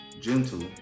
gentle